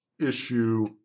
issue